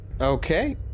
Okay